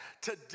today